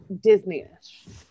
Disney-ish